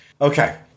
Okay